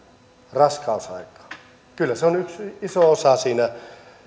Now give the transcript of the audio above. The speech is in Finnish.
raskausaikaa kyllä se on yksi iso osa siinä